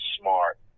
smart